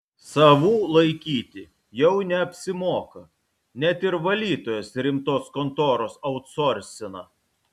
savų laikyti jau neapsimoka net ir valytojas rimtos kontoros autsorsina